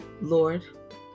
Lord